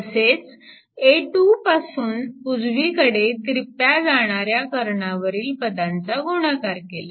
तसेच a21 पासून उजवीकडे तिरप्या जाणाऱ्या कर्णावरील पदांचा गुणाकार केला